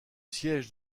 siège